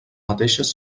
mateixes